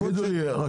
תגיד לי אורן,